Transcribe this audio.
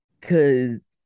Cause